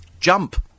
Jump